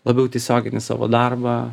labiau tiesioginį savo darbą